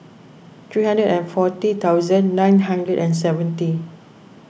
three hundred and forty thousand nine hundred and seventy